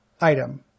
item